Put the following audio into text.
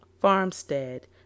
farmstead